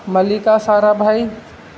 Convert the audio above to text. ملیکا سارا بھائی